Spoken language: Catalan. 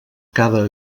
cada